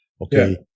Okay